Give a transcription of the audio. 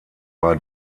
war